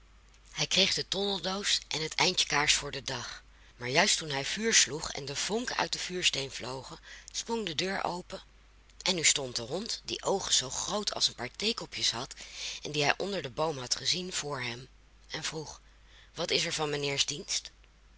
hij kreeg de tondeldoos en het eindje kaars voor den dag maar juist toen hij vuur sloeg en de vonken uit de vuursteen vlogen sprong de deur open en nu stond de hond die oogen zoo groot als een paar theekopjes had en dien hij onder den boom had gezien voor hem en vroeg wat is er van mijnheers dienst